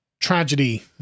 Tragedy